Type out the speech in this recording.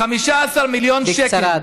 בקצרה,